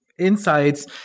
insights